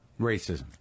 Racism